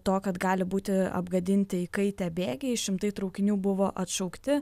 to kad gali būti apgadinti įkaitę bėgiai šimtai traukinių buvo atšaukti